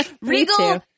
Regal